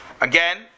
Again